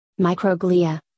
microglia